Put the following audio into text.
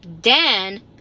Dan